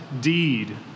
deed